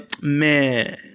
man